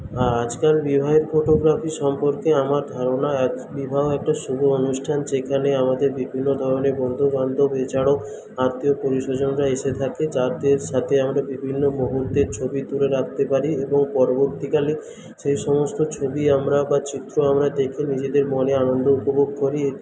আজকাল বিবাহের ফটোগ্রাফি সম্পর্কে আমার ধারণা বিবাহ একটা শুভ অনুষ্ঠান যেখানে আমাদের বিভিন্ন ধরনের বন্ধুবান্ধব এছাড়াও আত্মীয় পরিস্বজনরা এসে থাকে যাদের সাথে আমরা বিভিন্ন মুহূর্তের ছবি তুলে রাখতে পারি এবং পরবর্তীকালে সেই সমস্ত ছবি আমরা বা চিত্র আমরা দেখে নিজেদের মনে আনন্দ উপভোগ করি